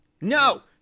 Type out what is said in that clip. No